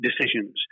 decisions